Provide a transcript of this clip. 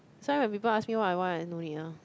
that's why when people ask me what I want I no need ah